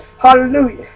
Hallelujah